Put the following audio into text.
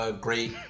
great